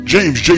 James